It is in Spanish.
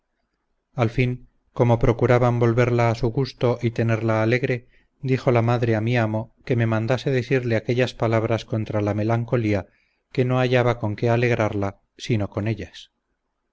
al fin como procuraban volverla a su gusto y tenerla alegre dijo la madre a mi amo que me mandase decirle aquellas palabras contra la melancolía que no hallaba con qué alegrarla sino con ellas